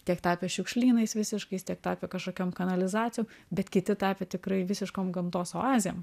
tiek tapę šiukšlynais visiškais tiek tapę kažkokiom kanalizacijom bet kiti tapę tikrai visiškom gamtos oazėm